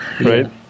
right